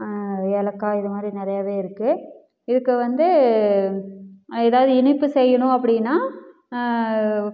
ஏலக்காய் இது மாதிரி நிறையாவே இருக்குது இதுக்கு வந்து ஏதாவது இனிப்பு செய்யணும் அப்படின்னா